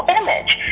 image